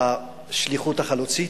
בשליחות החלוצית,